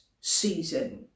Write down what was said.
season